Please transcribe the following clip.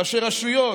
ראשי רשויות.